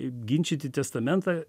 ginčyti testamentą